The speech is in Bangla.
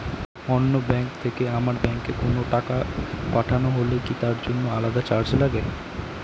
অন্য ব্যাংক থেকে আমার ব্যাংকে কোনো টাকা পাঠানো হলে কি তার জন্য আলাদা চার্জ লাগে?